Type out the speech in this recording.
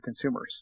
consumers